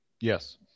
Yes